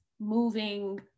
moving